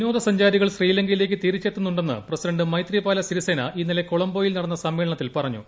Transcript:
വിനോദ സഞ്ചാരികൾ ശ്രീലങ്കയിലേക്ക് തിരിച്ചെത്തുന്നുണ്ടെന്ന് പ്രസിഡന്റ് മൈത്രിപാല സ്പിരിസ്ന ഇന്നലെ കൊളംബോയിൽ നടന്ന സമ്മേളനത്തിൽ പറഞ്ഞു